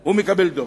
הוא מקבל דוח.